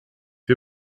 wir